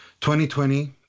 2020